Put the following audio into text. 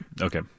Okay